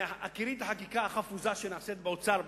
בהכירי את החקיקה החפוזה שנעשית באוצר,